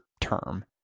term